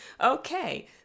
Okay